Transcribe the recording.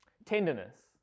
Tenderness